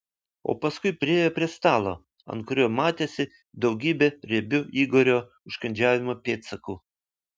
o paskui priėjo prie stalo ant kurio matėsi daugybė riebių igorio užkandžiavimo pėdsakų